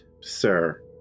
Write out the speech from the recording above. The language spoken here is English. sir